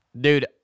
Dude